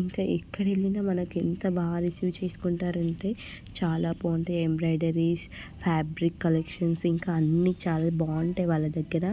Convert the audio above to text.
ఇంకా ఎక్కడికి వెళ్ళినా మనకు ఎంత బాగా రిసీవ్ చేసుకుంటారంటే చాలా బాగుంటాయి ఎంబ్రాయిడరీస్ ఫ్యాబ్రిక్ కలెక్షన్స్ ఇంకా అన్ని చాలా బాగుంటాయి వాళ్ళ దగ్గర